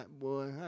Boy